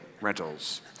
rentals